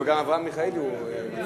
גם אברהם מיכאלי הוא מציע,